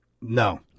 No